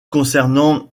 concernant